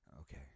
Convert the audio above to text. Okay